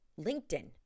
LinkedIn